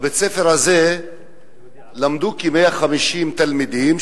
בבית-הספר הזה למדו כ-150 תלמידים,